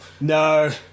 No